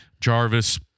Jarvis